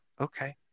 Okay